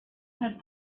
had